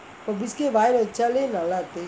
இப்போippo biscuit வாயிலே வச்சாலே:vaayilae vachaalae